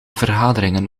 vergaderingen